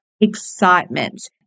excitement